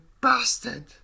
bastard